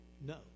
No